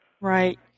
Right